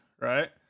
right